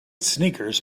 sneakers